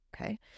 okay